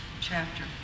chapter